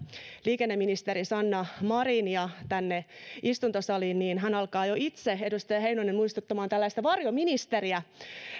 liikenneministeri sanna marinia tänne istuntosaliin ja edustaja heinonen alkaa jo itse muistuttamaan tällaista varjoministeriä